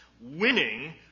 winning